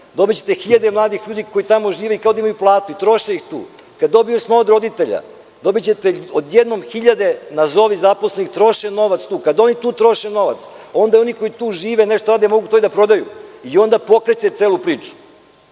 Dobićete hiljade mladih ljudi koji tamo žive i kao da imaju platu i troše ih tu. Kad dobiju još malo od roditelja dobićete odjednom hiljade, nazovi zaposlenih, troše novac tu. Kad oni tu troše novac onda oni koji tu žive nešto rade mogu to i da prodaju. Onda pokrećete celu priču. Slažem